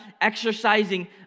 exercising